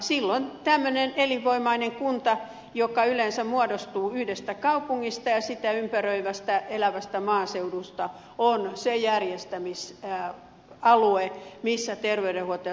silloin tämmöinen elinvoimainen kunta joka yleensä muodostuu yhdestä kaupungista ja sitä ympäröivästä elävästä maaseudusta on se järjestämisalue missä terveydenhuolto ja sosiaalitoimi tapahtuu